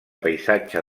paisatge